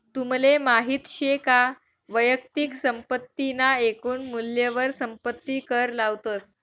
तुमले माहित शे का वैयक्तिक संपत्ती ना एकून मूल्यवर संपत्ती कर लावतस